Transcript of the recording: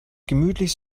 gemütlich